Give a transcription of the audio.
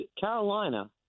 Carolina